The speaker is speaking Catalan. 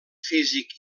físic